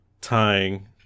tying